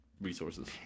resources